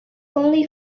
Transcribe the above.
only